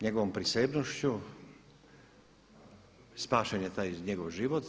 Njegovom prisebnošću spašen je taj njegov život.